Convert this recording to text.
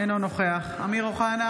אינו נוכח אמיר אוחנה,